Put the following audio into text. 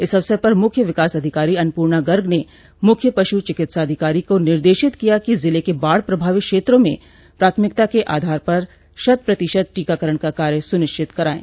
इस अवसर पर मुख्य विकास अधिकारी अन्नपूर्णा गर्ग ने मुख्य पशु चिकित्सा अधिकारी को निर्देशित किया कि जिले के बाढ़ प्रभावित क्षेत्रों में प्राथमिकता के आधार पर शत प्रतिशत टीकाकरण का कार्य सुनिश्चित कराएं